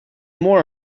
more